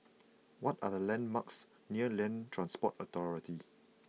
what are the landmarks near Land Transport Authority